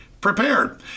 prepared